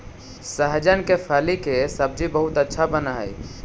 सहजन के फली के सब्जी बहुत अच्छा बनऽ हई